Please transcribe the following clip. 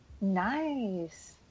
Nice